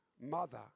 mother